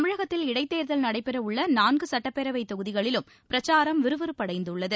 தமிழகத்தில் இடைத்தேர்தல் நடைபெறவுள்ள நான்கு சட்டப்பேரவைத் தொகுதிகளிலும் பிரச்சாரம் விறுவிறுப்படைந்துள்ளது